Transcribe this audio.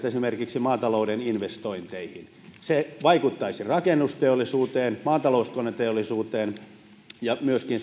esimerkiksi maatalouden investointeihin olisivat katastrofaaliset se vaikuttaisi rakennusteollisuuteen maatalouskoneteollisuuteen ja myöskin